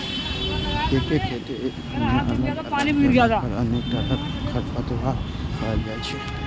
एके खेत मे अलग अलग जगह पर अनेक तरहक खरपतवार पाएल जाइ छै